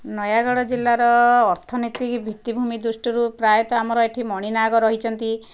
ନୟାଗଡ଼ ଜିଲ୍ଲାର ଅର୍ଥନୀତି ଭିତ୍ତିଭୂମି ଦୃଷ୍ଟିରୁ ପ୍ରାୟତଃ ଆମର ଏହିଠି ମଣିନାଗ ରହିଛନ୍ତି